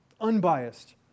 Unbiased